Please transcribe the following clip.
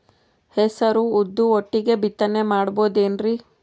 ಹೆಸರು ಉದ್ದು ಒಟ್ಟಿಗೆ ಬಿತ್ತನೆ ಮಾಡಬೋದೇನ್ರಿ?